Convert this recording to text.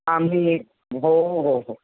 आम्ही हो हो हो